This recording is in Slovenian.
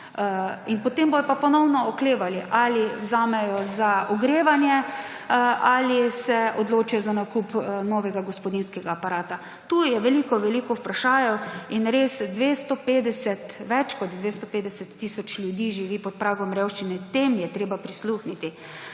In potem bodo pa ponovno oklevali, ali vzamejo za ogrevanje, ali se odločijo za nakup novega gospodinjskega aparata. Tu je veliko veliko vprašajev. In res, več kot 250 tisoč ljudi živi pod pragom revščine, tem je treba prisluhniti